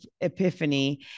epiphany